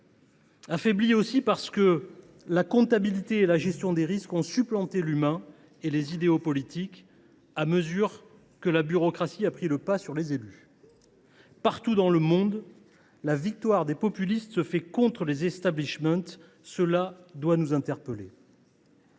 affaibli aussi parce que la comptabilité et la gestion des risques ont supplanté l’humain et les idéaux politiques, à mesure que la bureaucratie a pris le pas sur les élus. Partout dans le monde, la victoire des populistes se fait contre les. Cette situation doit nous interpeller.